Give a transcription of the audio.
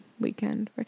weekend